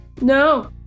No